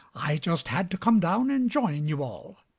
i just had to come down and join you all.